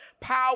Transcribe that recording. power